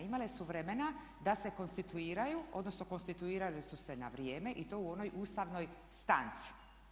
Imale su vremena da se konstituiraju, odnosno konstituirali su se na vrijeme i to u onoj ustavnoj stanci.